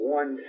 one